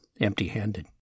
empty-handed